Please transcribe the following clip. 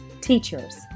teachers